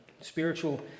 spiritual